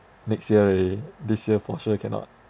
next year eh this year for sure cannot